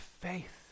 faith